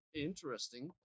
Interesting